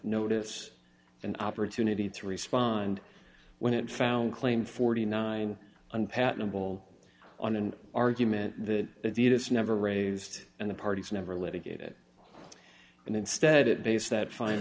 notice and opportunity to respond when it found claim forty nine unpatentable on an argument that it is never raised and the parties never let it get and instead it based that find